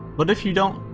but if you don't,